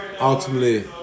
ultimately